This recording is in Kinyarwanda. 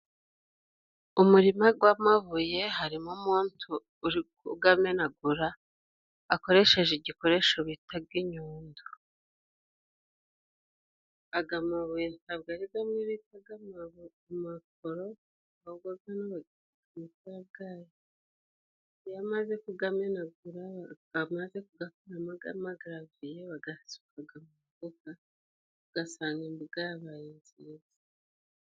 Umurima gw'amabuye harimo umuntu uri kugamenagura akoresheje igikoresho bitaga inyundo, aga mabuye ntabwo ari gamwe bitaga amakoro ahubwo gano bagitaga amasarabwayi, iyo amaze kugamenagura amaze kugakoramo amagaraviye, bagasukaga mu mbuga ugasanga imbuga yabaye nziza.